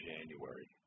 January